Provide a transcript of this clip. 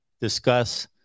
discuss